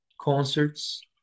concerts